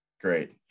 Great